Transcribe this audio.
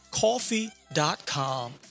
coffee.com